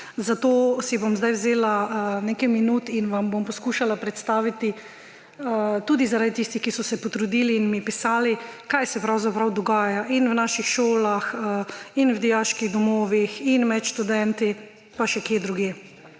Zato si bom zdaj vzela nekaj minut in vam bom poskušala predstaviti tudi zaradi tistih, ki so se potrudili in mi pisali, kaj se pravzaprav dogaja in v naših šolah in v dijaških domovih in med študenti, pa še kje drugje.